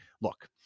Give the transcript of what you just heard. look